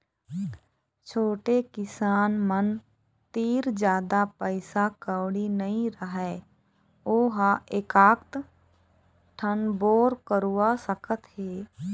छोटे किसान मन तीर जादा पइसा कउड़ी नइ रहय वो ह एकात ठन बोर करवा सकत हे